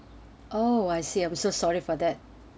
oh I see I'm so sorry for that